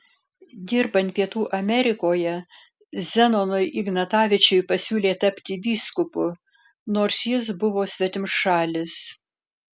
dirbant pietų amerikoje zenonui ignatavičiui pasiūlė tapti vyskupu nors jis buvo svetimšalis